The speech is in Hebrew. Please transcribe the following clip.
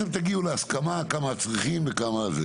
אתם תגיעו להסכמה על כמה אתם צריכים וכמה הכל.